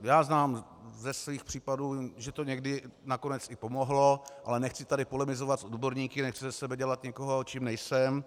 Já znám ze svých případů, že to někdy nakonec i pomohlo, ale nechci tady polemizovat s odborníky, nechci ze sebe dělat někoho, čím nejsem.